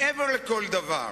מעבר לכל דבר,